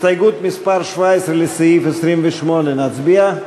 הסתייגות מס' 17 לסעיף 28. נצביע?